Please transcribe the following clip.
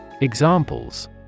Examples